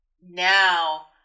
now